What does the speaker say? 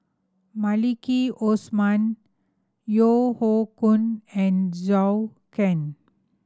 Maliki Osman Yeo Hoe Koon and Zhou Can